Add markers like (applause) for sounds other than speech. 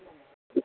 (unintelligible)